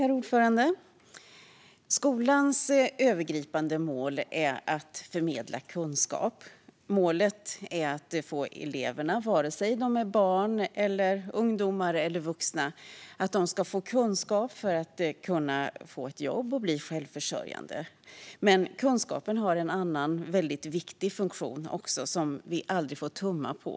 Herr talman! Skolans övergripande mål är att förmedla kunskap. Målet är att eleverna, vare sig de är barn, ungdomar eller vuxna, ska få kunskap för att kunna få ett jobb och bli självförsörjande. Men kunskapen har också en annan mycket viktig funktion som vi aldrig får tumma på.